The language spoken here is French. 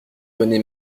rené